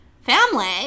family